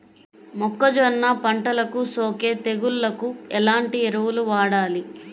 మొక్కజొన్న పంటలకు సోకే తెగుళ్లకు ఎలాంటి ఎరువులు వాడాలి?